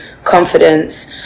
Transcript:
confidence